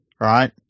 right